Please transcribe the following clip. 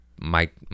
Mike